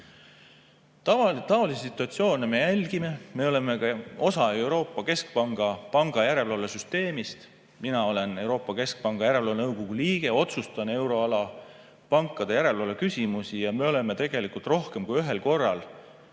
Taolisi situatsioone me jälgime. Me oleme ka osa Euroopa Keskpanga pangajärelevalvesüsteemist ja mina olen Euroopa Keskpanga järelevalvenõukogu liige, otsustan euroala pankade järelevalve küsimusi. Me oleme tegelikult rohkem kui ühel korral,